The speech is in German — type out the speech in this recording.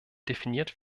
definiert